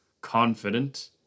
Confident